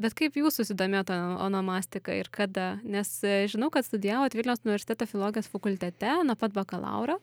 bet kaip jūs susidomėjot o onomastika ir kada nes žinau kad studijavot vilniaus universiteto filologijos fakultete nuo pat bakalauro